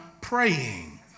praying